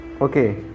okay